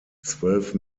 zwölf